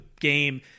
game